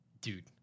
dude